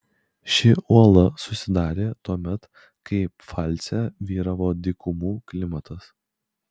ši uola susidarė tuomet kai pfalce vyravo dykumų klimatas